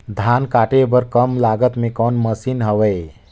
धान काटे बर कम लागत मे कौन मशीन हवय?